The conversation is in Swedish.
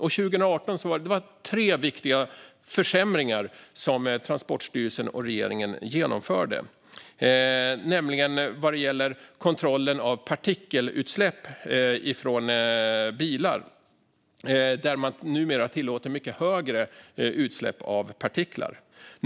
År 2018 var det tre viktiga försämringar som Transportstyrelsen och regeringen genomförde vad gäller kontrollen av partikelutsläpp från bilar. Man tillåter numera mycket högre utsläpp av partiklar.